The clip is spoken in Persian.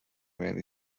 یعنی